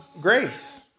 grace